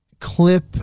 clip